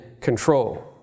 control